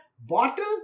bottle